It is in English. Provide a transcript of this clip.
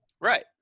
Right